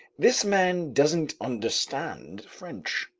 this man doesn't understand french.